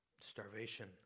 starvation